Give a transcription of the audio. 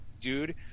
dude